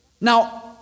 Now